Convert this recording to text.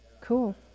Cool